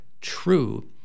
true